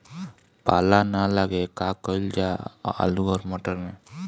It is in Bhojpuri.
पाला न लागे का कयिल जा आलू औरी मटर मैं?